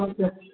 okay